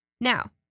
Now